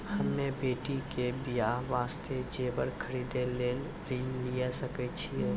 हम्मे बेटी के बियाह वास्ते जेबर खरीदे लेली ऋण लिये सकय छियै?